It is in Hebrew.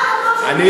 על המקומות שבהם,